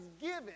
given